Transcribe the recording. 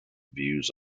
views